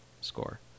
score